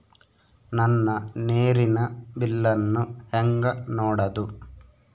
ನನ್ನ ನೇರಿನ ಬಿಲ್ಲನ್ನು ಹೆಂಗ ನೋಡದು?